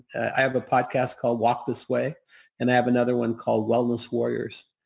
i have a podcast called walk this way and i have another one called wellness warriors.